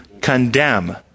condemn